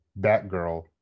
Batgirl